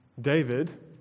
David